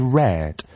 red